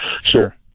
Sure